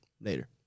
Later